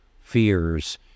fears